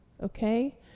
okay